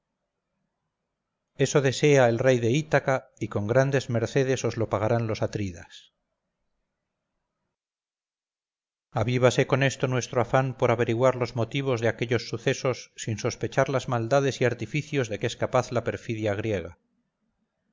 eso desea el rey de ítaca y con grandes mercedes os lo pagarán los atridas avívase con esto nuestro afán por averiguar los motivos de aquellos sucesos sin sospechar las maldades y artificios de que es capaz la perfidia griega